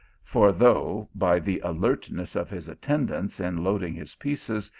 for though, by the alertness of his attendants in loading his pieces,